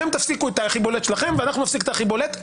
אתם תפסיקו את ה-הכי בולט שלכם ואנחנו נפסיק את ה-הכי בולט,